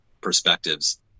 perspectives